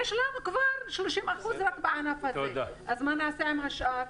יש לנו כבר 30% בענף הזה, אז מה נעשה עם השאר?